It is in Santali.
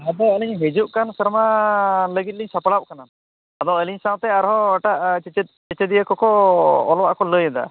ᱟᱫᱚ ᱟᱹᱞᱤᱧ ᱦᱤᱡᱩᱜ ᱠᱟᱱ ᱥᱮᱨᱢᱟ ᱞᱟᱹᱜᱤᱫ ᱞᱤᱧ ᱥᱟᱯᱲᱟᱜ ᱠᱟᱱᱟ ᱟᱫᱚ ᱟᱹᱞᱤᱧ ᱥᱟᱶᱛᱮ ᱟᱨᱦᱚᱸ ᱮᱴᱟᱜ ᱥᱮᱪᱮᱫ ᱥᱮᱪᱮᱫᱤᱭᱟᱹ ᱠᱚᱠᱚ ᱚᱞᱚᱜᱚᱜᱼᱟ ᱞᱟᱹᱭᱫᱟ